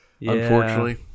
unfortunately